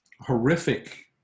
horrific